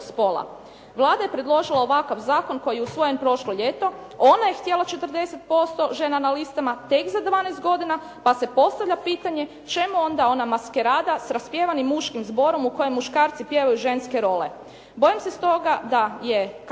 Vlada je predložila ovakva zakon koji je usvojen prošlo ljeto. Ona je htjela 40% žena na listama tek za 12 godina, pa se postavlja pitanje, čemu onda ona maskarada s raspjevanim muškim zborom u kojem muškarci pjevaju ženske role. Bojim se stoga da je kampanja